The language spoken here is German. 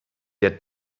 der